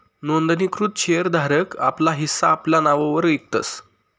नोंदणीकृत शेर धारक आपला हिस्सा आपला नाववर इकतस